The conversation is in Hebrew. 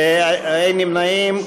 אין נמנעים.